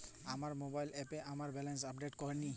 আমার মোবাইল অ্যাপে আমার ব্যালেন্স আপডেট হয়নি